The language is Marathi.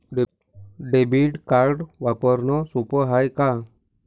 डेबिट कार्ड वापरणं सोप हाय का?